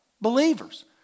believers